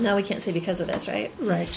no we can't say because of that's right right